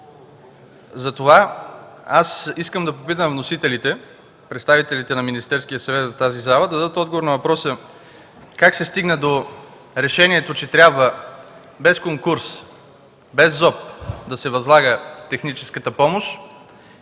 Затова аз искам да попитам вносителите – представителите на Министерския съвет, които са в тази зала, да дадат отговор на въпроса как се стигна до решението, че трябва без конкурс, без ЗОП да се възлага техническата помощ,